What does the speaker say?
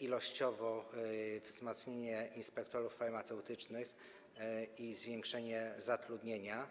ilościowo inspektorów farmaceutycznych i zwiększać zatrudnienie.